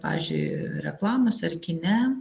pavyzdžiui reklamose ar kine